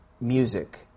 Music